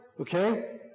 okay